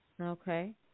Okay